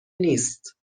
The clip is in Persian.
نیست